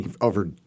over